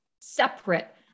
separate